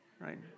right